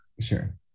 Sure